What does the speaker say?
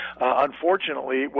Unfortunately